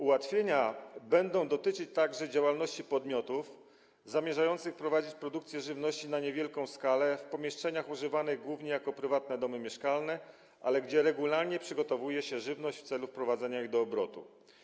Ułatwienia będą dotyczyć także działalności podmiotów zamierzających prowadzić produkcję żywności na niewielką skalę w pomieszczeniach używanych głównie jako prywatne domy mieszkalne, ale gdzie regularnie przygotowuje się żywność w celu wprowadzenia jej do obrotu.